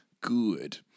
Good